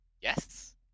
Yes